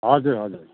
हजुर हजुर